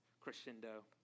crescendo